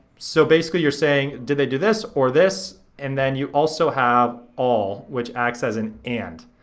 so basically you are saying did they do this or this, and then you also have all which acts as an and.